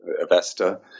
Avesta